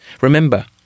Remember